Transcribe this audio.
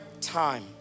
time